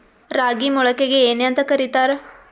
ರಾಗಿ ಮೊಳಕೆಗೆ ಏನ್ಯಾಂತ ಕರಿತಾರ?